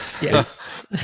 yes